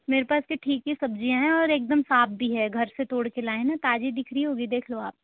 मेरे पास के ठीक ही सब्जियाँ हैं और एक दम साफ भी है घर से तोड़ के लाएं हैं ना ताजी दिख रही होगी देख लो आप